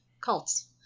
Cults